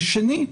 ושנית,